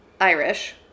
Irish